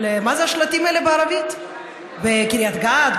של: מה זה השלטים האלה בערבית בקריית גת,